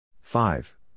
five